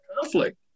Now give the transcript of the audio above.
conflict